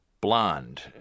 Blonde